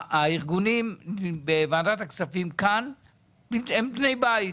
הארגונים בוועדת הכספים כאן הם בני בית,